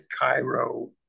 Cairo